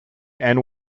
and